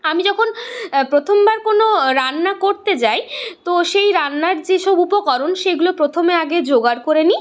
আমি যখন প্রথমবার কোনো রান্না করতে যাই তো সেই রান্নার যেসব উপকরণ সেগুলো প্রথমে আগে জোগাড় করে নিই